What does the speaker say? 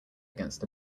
against